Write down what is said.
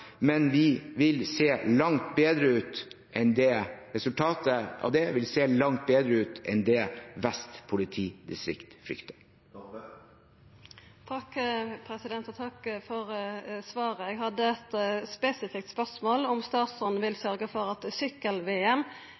resultatet av det vil se langt bedre ut enn det Vest politidistrikt frykter. Takk for svaret. Eg hadde eit spesifikt spørsmål om statsråden vil sørgja for at